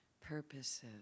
purposes